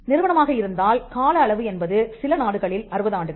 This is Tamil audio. நிறுவனமாக இருந்தால்கால அளவு என்பது சில நாடுகளில் 60 ஆண்டுகள்